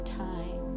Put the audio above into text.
time